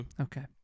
Okay